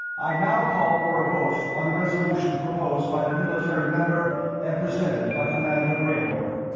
i now call for a vote on the resolution proposed by the military member and presented by commander greylorn.